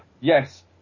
yes